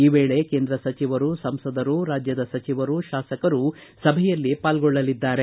ಈ ವೇಳೆ ಕೇಂದ್ರ ಸಚಿವರು ಸಂಸದರು ರಾಜ್ಯದ ಸಚಿವರು ಶಾಸಕರು ಸಭೆಯಲ್ಲಿ ಪಾಲ್ಗೊಳ್ಳಲಿದ್ದಾರೆ